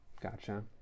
Gotcha